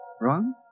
Wrong